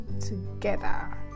together